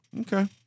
Okay